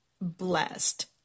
blessed